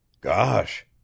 Gosh